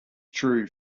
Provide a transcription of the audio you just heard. true